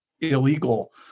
illegal